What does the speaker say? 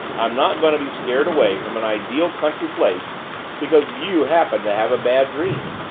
i'm not going to be scared away from an ideal country place because you happen to have a bad dream!